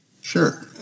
Sure